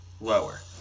Lower